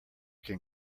can